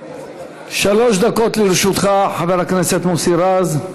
שלוש דקות לרשותך, חבר הכנסת מוסי רז.